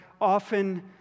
often